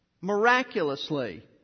miraculously